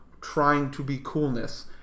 trying-to-be-coolness